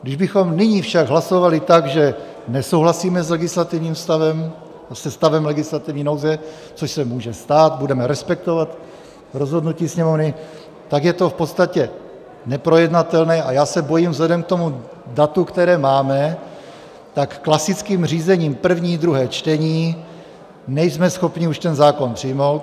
Kdybychom nyní však hlasovali tak, že nesouhlasíme s legislativním stavem, se stavem legislativní nouze což se může stát, budeme respektovat rozhodnutí Sněmovny tak je to v podstatě neprojednatelné a já se bojím vzhledem k datu, které máme, tak klasickým řízením první, druhé čtení nejsme schopni už ten zákon přijmout.